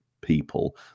people